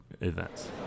events